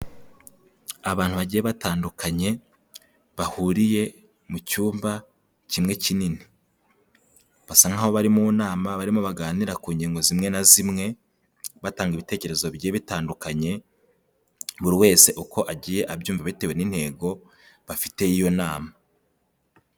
Abantu bagiye batandukanye bahuriye mu cyumba kimwe kinini, basa nkaho bari mu nama barimo baganira ku ngingo zimwe na zimwe, batanga ibitekerezo bigiye bitandukanye, buri wese uko agiye abyumva bitewe n'intego bafite y'iyo nama.